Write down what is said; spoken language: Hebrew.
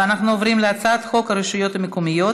ואנחנו עוברים להצעת חוק הרשויות המקומיות